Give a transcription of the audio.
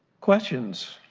questions?